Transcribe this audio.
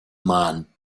mann